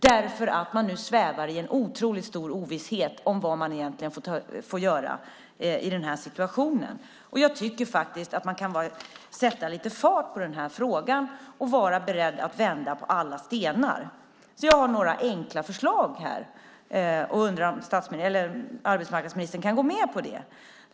De svävar nu i en otroligt stor ovisshet om vad de nu får göra i den här situationen. Jag tycker att man kan sätta lite fart på frågan och vara beredd att vända på alla stenar. Jag har några enkla förslag. Jag undrar om arbetsmarknadsministern kan gå med på det.